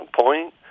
point